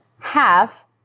half